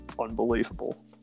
unbelievable